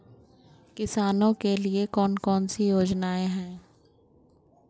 किसानों के लिए कौन कौन सी योजनाएं हैं?